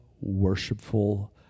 worshipful